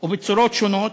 ובצורות שונות,